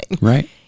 Right